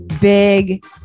big